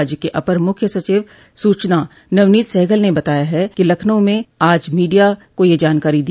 राज्य के अपर मुख्य सचिव सूचना नवनीत सहगल ने आज लखनऊ में मीडिया को यह जानकारी दी